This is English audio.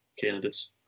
candidates